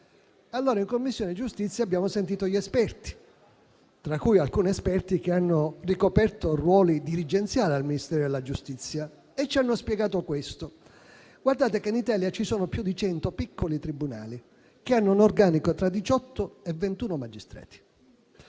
In Commissione giustizia abbiamo sentito gli esperti, tra cui alcuni che hanno ricoperto ruoli dirigenziali al Ministero della giustizia, i quali ci hanno spiegato quanto segue. In Italia ci sono più di cento piccoli tribunali, che hanno un organico tra i 18 e i 21 magistrati.